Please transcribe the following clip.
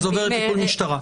זה עובר לטיפול משטרה.